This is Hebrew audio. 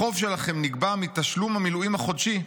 החוב שלכם נגבה מתשלום המילואים החודשי,